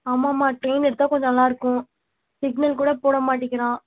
ஆமாம்மா ட்ரெயின் எடுத்தால் கொஞ்சம் நல்லாயிருக்கும் சிக்னல் கூட போட மாட்டேங்கிறான்